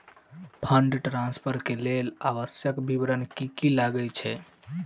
Fund transfer केँ लेल आवश्यक विवरण की की लागै छै?